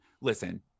Listen